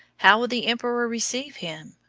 how will the emperor receive him?